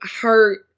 hurt